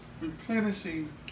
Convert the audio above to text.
replenishing